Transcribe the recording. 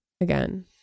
again